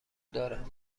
داره